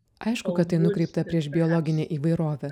aišku kad tai nukreipta prieš įvairovę